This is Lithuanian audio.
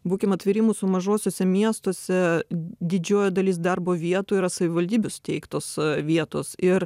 būkim atviri mūsų mažuosiuose miestuose didžioji dalis darbo vietų yra savivaldybių steigtos vietos ir